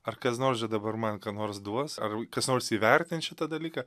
ar kas nors čia dabar man ką nors duos ar kas nors įvertins šitą dalyką